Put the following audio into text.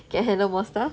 can handle more stuff